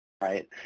Right